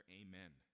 amen